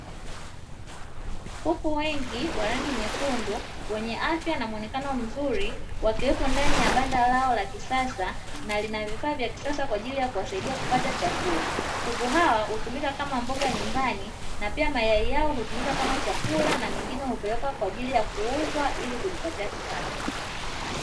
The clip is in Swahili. Kuku wengi wa rangi nyekundu wenye afya na mwonekano mzuri , wakiwekwa ndani ya banda lao la kisasa na lina vifaa vya kisasa kwa ajili ya kuwasaidia kupata chakula. Kuku hawa hutumika kama mboga nyumbani na pia mayai yao hutumika kama chakula na mengine hupelekwa kwa ajili ya kuuzwa ili kujipatia kipato.